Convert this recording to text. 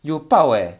will 爆 eh